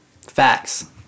Facts